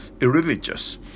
Irreligious